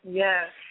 yes